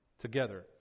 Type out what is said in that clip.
together